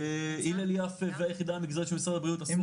הלל יפה והיחידה המגזרית של משרד הבריאות עשו עבודה.